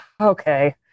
Okay